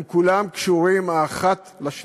הם כולם קשורים זה לזה.